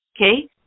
Okay